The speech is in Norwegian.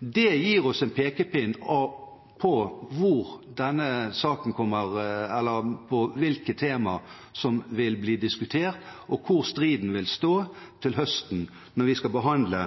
Det gir oss en pekepinn på hvilke tema som vil bli diskutert og hvor striden vil stå til høsten, når vi skal behandle